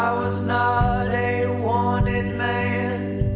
was not a wanted man